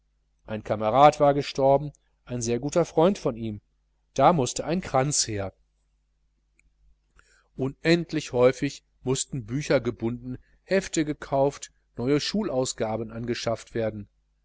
ein kamerad war gestorben ein sehr guter freund von ihm da mußte ein kranz her unendlich häufig mußten bücher gebunden hefte gekauft neue schulausgaben angeschafft werden